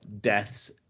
death's